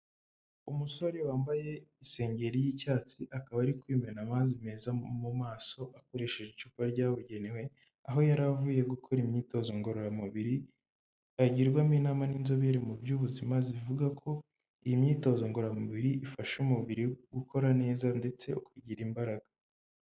Umusore wambaye isengeri y'icyatsi akaba ari kwimena amazi meza mu maso akoresheje icupa ryabugenewe aho yari avuye gukora imyitozo ngororamubiri yagirwamo inama n'inzobere mu by'ubuzima zivuga ko iyi myitozo ngororamubiri ifasha umubiri gukora neza ndetse ukagira imbaraga.